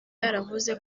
yaravuze